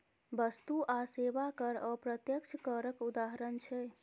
बस्तु आ सेबा कर अप्रत्यक्ष करक उदाहरण छै